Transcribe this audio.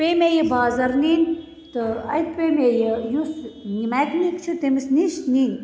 پیٚیہِ مےٚ یہِ بازَر نِنۍ تہٕ اَتہِ پیٚیہِ مےٚ یہِ یُس میٚکنِک چھُ تیٚمِس نِش نِنۍ